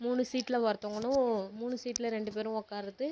மூணு சீட்டில் ஒருத்தவங்களும் மூணு சீட்டில் ரெண்டு பேரும் உக்கார்றது